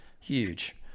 huge